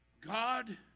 God